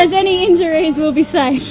and any injuries, we'll be safe!